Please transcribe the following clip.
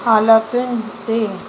हालतुनि ते